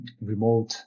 remote